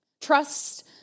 Trust